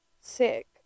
sick